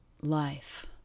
life